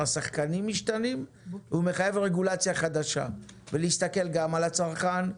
השחקנים משתנים והוא מחייב רגולציה חדשה ולהסתכל גם על הצרכן,